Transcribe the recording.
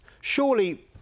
surely